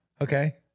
Okay